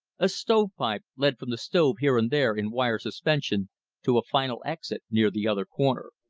a stovepipe led from the stove here and there in wire suspension to a final exit near the other corner.